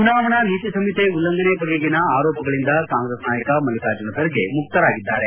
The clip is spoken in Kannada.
ಚುನಾವಣಾ ನೀತಿ ಸಂಹಿತೆ ಉಲ್ಲಂಘನೆ ಬಗೆಗಿನ ಆರೋಪಗಳಿಂದ ಕಾಂಗ್ರೆಸ್ ನಾಯಕ ಮಲ್ಲಿಕಾರ್ಜುನ ಖರ್ಗೆ ಮುಕ್ತರಾಗಿದ್ದಾರೆ